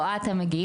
רואה את המגיעים,